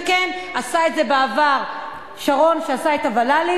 וכן, עשה את זה בעבר שרון, שעשה את הוול"לים.